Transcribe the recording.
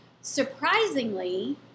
Surprisingly